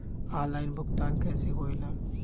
Online भुगतान कैसे होए ला?